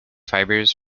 fibers